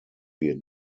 wir